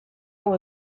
hau